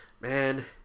man